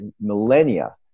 millennia